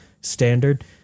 standard